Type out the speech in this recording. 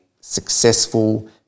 successful